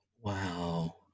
wow